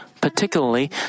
Particularly